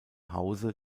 hause